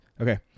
Okay